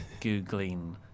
Googling